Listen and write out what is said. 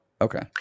Okay